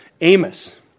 Amos